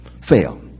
fail